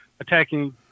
attacking